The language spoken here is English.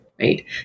right